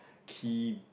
key